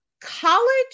College